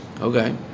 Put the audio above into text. Okay